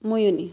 Mariani